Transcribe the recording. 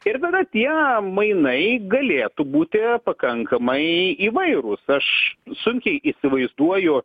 ir tada tie mainai galėtų būti pakankamai įvairūs aš sunkiai įsivaizduoju